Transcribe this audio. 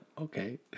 okay